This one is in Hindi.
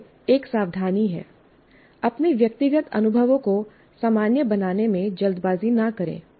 यह एक सावधानी है अपने व्यक्तिगत अनुभवों को सामान्य बनाने में जल्दबाजी न करें